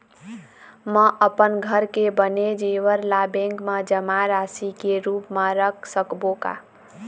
म अपन घर के बने जेवर ला बैंक म जमा राशि के रूप म रख सकबो का?